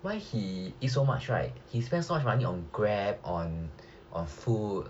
why he eat so much right he spend so much money on grab on on food